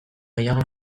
gehiago